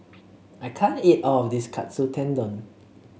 I can't eat all of this Katsu Tendon